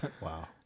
Wow